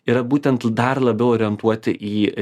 yra būtent dar labiau orientuoti į